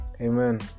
amen